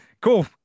Cool